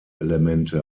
elemente